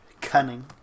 cunning